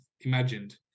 imagined